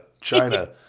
China